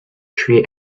three